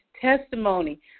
testimony